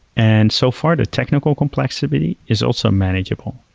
and so far, the technical complexity is also manageable.